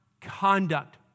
conduct